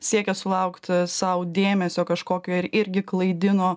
siekia sulaukt sau dėmesio kažkokio ir irgi klaidino